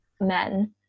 men